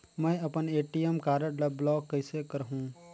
मै अपन ATM card ल ब्लाक कइसे करहूं?